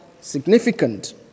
significant